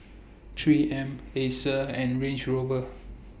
three M Acer and Range Rover